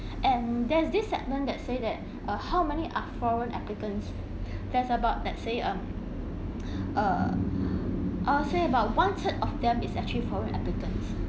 and there's this segment that say that uh how many are foreign applicants there's about let's say um err I will say about one third of them is actually foreign applicants